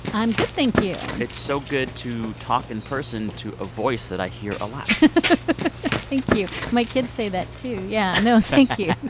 i'm good. thank you it's so good to talk in person to a voice that i hear a lot thank you. my kids say that too. yeah, no, thank you.